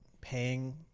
paying